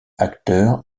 acteur